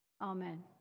Amen